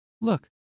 look